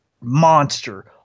Monster